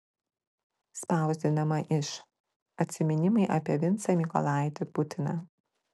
spausdinama iš atsiminimai apie vincą mykolaitį putiną